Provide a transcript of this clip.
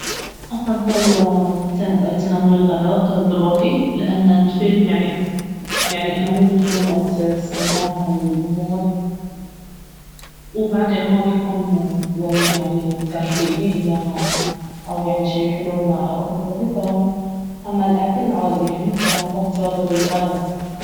افضل تن- تناول الغداء بروحي لانه الفيلم يعني انا مو من هواة السينما وهالامور وبعد يعني ما بيكون وايد يعني ترفيهي انه او يعني شي حلو انه اروح بروحي ف- اما الاكل عادي يعني فبختار الغداء